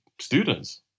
students